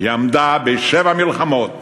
היא עמדה בשבע מלחמות